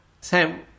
Sam